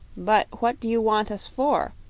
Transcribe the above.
but what do you want us for?